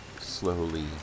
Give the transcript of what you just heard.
slowly